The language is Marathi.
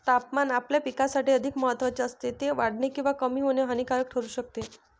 तापमान आपल्या पिकासाठी अधिक महत्त्वाचे असते, ते वाढणे किंवा कमी होणे हानिकारक ठरू शकते